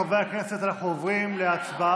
חברי הכנסת, אנחנו עוברים להצבעה.